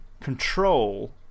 control